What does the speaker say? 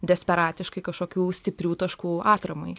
desperatiškai kažkokių stiprių taškų atramai